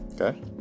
Okay